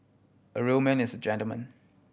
a real man is a gentleman